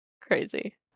Crazy